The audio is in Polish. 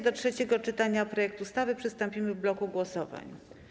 Do trzeciego czytania projektu ustawy przystąpimy w bloku głosowań.